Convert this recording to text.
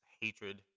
hatred